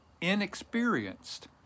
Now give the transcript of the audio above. inexperienced